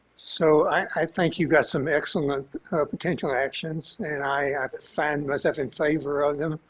so i think you've got some excellent potential actions and i found myself and favor of them.